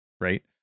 right